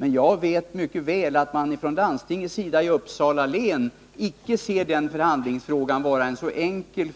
Men jag vet mycket väl att landstinget i Uppsala län icke anser den förhandlingen vara så enkel.